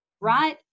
right